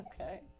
Okay